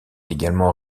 également